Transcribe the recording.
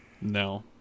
No